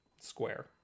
Square